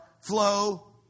flow